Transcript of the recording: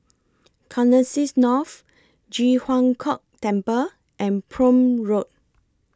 Connexis North Ji Huang Kok Temple and Prome Road